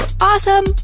awesome